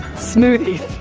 smoothies,